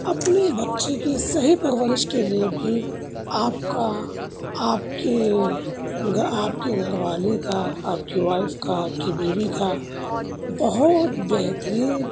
اپنی بچی کی صحیح پرورش کے لیے بھی آپ کا آپ کے آپ کی گھر والی کا آپ کی واف کا آپ کی بیوی کا بہت بہترین